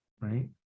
right